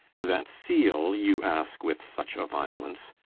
that seale you aske with such a violence,